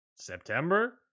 September